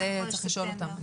את זה צריך לשאול אותם.